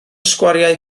sgwariau